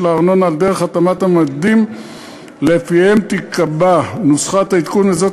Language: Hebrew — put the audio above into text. הארנונה דרך התאמת המדדים שלפיהם תיקבע נוסחת העדכון הזאת,